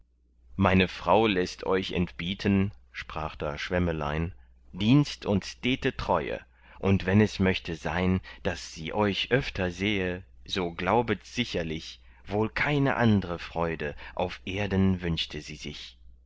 meine frau läßt euch entbieten sprach da schwemmelein dienst und stete treue und wenn es möchte sein daß sie euch öfter sähe so glaubet sicherlich wohl keine andre freude auf erden wünschte sie sich